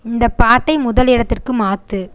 இந்தப் பாட்டை முதல் இடத்திற்கு மாற்று